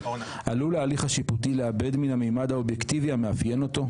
עלול ההליך השיפוטי לאבד מן הממד האובייקטיבי המאפיין אותו?